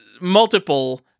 multiple